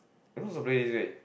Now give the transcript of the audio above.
am I so brave this way